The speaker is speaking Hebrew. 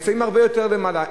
הם נמצאים הרבה יותר למעלה.